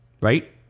Right